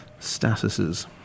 statuses